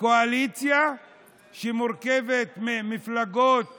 קואליציה שמורכבת ממפלגות